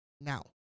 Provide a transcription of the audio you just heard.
Now